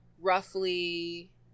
roughly